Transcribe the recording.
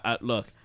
Look